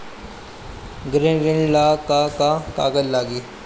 गृह ऋण ला का का कागज लागी?